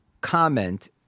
comment